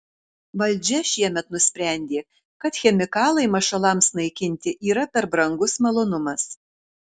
valdžia šiemet nusprendė kad chemikalai mašalams naikinti yra per brangus malonumas